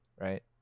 right